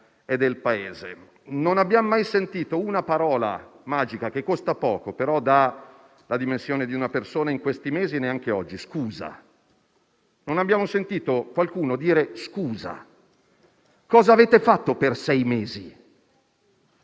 ma del Paese. Non abbiamo mai sentito una parola magica, che costa poco però dà la dimensione di una persona, in questi mesi e neanche oggi: «scusa». Non abbiamo sentito qualcuno dire: «scusa». Cosa avete fatto per sei mesi?